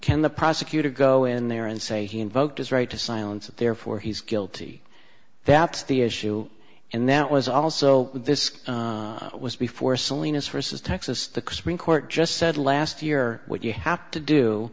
can the prosecutor go in there and say he invoked his right to silence therefore he's guilty that's the issue and that was also this was before salinas versus texas the court just said last year what you have to do